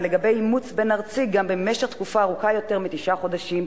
ולגבי אימוץ בין-ארצי גם במשך תקופה ארוכה יותר מתשעה חודשים,